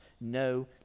no